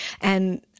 And-